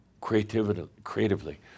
creatively